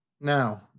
Now